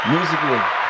Musically